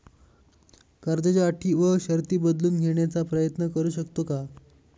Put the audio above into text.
कर्जाच्या अटी व शर्ती बदलून घेण्याचा प्रयत्न करू शकतो का?